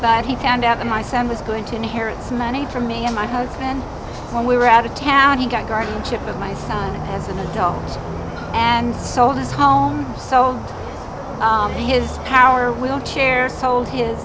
but he found out that my son was going to inherit some money from me and my husband when we were out of town he got guardianship of my son as an adult and sold his home sold his power wheelchair sold his